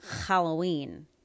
Halloween